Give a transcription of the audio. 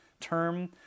term